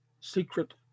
secret